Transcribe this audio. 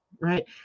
right